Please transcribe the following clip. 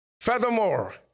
furthermore